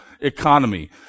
economy